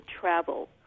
travel